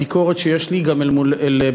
דווקא בעניין הביקורת שיש לי גם אל מול בית-המשפט